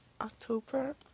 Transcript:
October